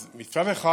אז מצד אחד,